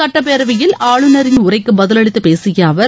சுட்டப்பேரவையில் ஆளுநரின் உரைக்கு பதிலளித்து பேசிய அவர்